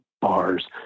bars